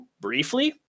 briefly